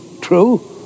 true